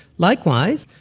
likewise,